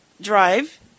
drive